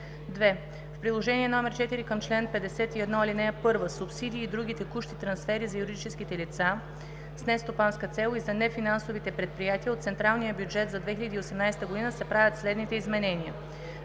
2. В Приложение № 4 към чл. 51, ал. 1 – „Субсидии и други текущи трансфери за юридическите лица с нестопанска цел и за нефинансовите предприятия от централния бюджет за 2018 г.“, се правят следните изменения: